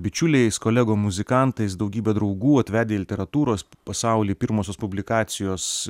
bičiuliais kolegom muzikantais daugybę draugų atvedę į literatūros pasaulį pirmosios publikacijos